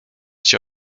cię